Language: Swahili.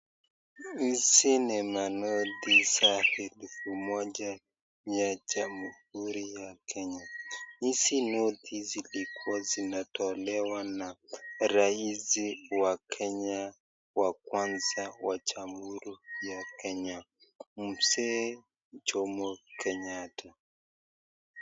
Hizi ni manoti za elfu moja ya jamuhuri ya Kenya. Hizi noti zilikua zinatolewa na raisi wa Kenya wakwanza wa jamuhuri ya Kenya, Mzee Jomo Kenyatta.